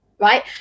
right